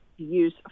use